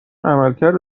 عملکرد